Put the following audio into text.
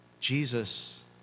Jesus